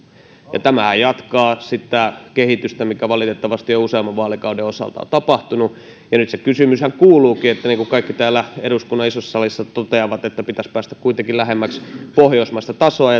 tämä jatkaa sitä kehitystä mikä valitettavasti on useamman vaalikauden osalta tapahtunut ja nyt se kysymyshän kuuluukin niin kuin kaikki täällä eduskunnan isossa salissa toteavat että pitäisi päästä kuitenkin lähemmäksi pohjoismaista tasoa